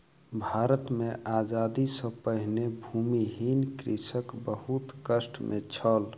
भारत मे आजादी सॅ पहिने भूमिहीन कृषक बहुत कष्ट मे छल